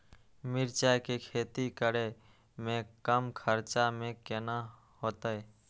मिरचाय के खेती करे में कम खर्चा में केना होते?